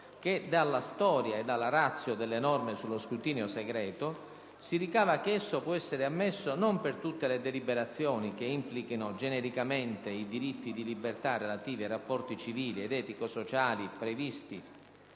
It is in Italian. che dalla storia e dalla *ratio* delle norme sullo scrutinio segreto si ricava che esso può essere ammesso non per tutte le deliberazioni che implichino genericamente i diritti di libertà relativi ai rapporti civili ed etico-sociali previsti